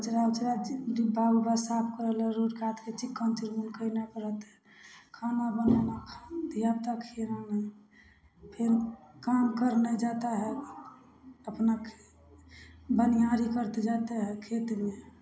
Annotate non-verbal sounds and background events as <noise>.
कचड़ा उचड़ा जे डिब्बा उब्बा साफ करल रोड कातके चीज <unintelligible> खाना बनेलहुॅं धियापुता खिएलहुॅं फिर काम करने जाता है अपना खे बनियारी करते जाते है खेतमे